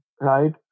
right